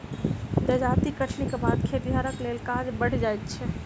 जजाति कटनीक बाद खतिहरक लेल काज बढ़ि जाइत छै